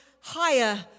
higher